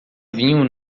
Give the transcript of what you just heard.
vinho